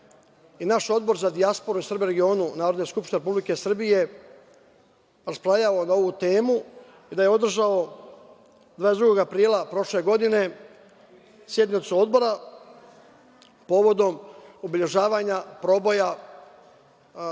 i naš Odbor za dijasporu i Srbe u regionu Narodne skupštine Republike Srbije raspravljao na ovu temu i da je održao 22. aprila prošle godine sednicu Odbora povodom obeležavanja proboja logoraša